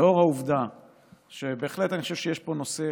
לאור העובדה שבהחלט אני חושב שיש פה נושא